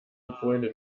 empfohlene